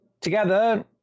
together